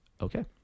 okay